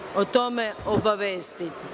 o tome obavestiti.